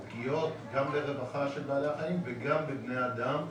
פגיעות גם ברווחה של בעלי החיים וגם בבני אדם,